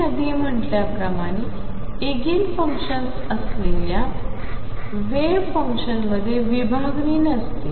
मी आधी म्हटल्याप्रमाणे eigen functions असलेल्या वेव्ह फंक्शन्समध्ये विभागणी नसते